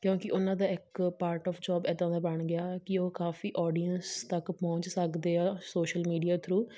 ਕਿਉਂਕਿ ਉਹਨਾਂ ਦਾ ਇੱਕ ਪਾਰਟ ਆਫ ਜੋਬ ਇੱਦਾਂ ਦਾ ਬਣ ਗਿਆ ਕਿ ਉਹ ਕਾਫੀ ਆਡੀਐਂਸ ਤੱਕ ਪਹੁੰਚ ਸਕਦੇ ਆ ਸੋਸ਼ਲ ਮੀਡੀਆ ਥਰੂ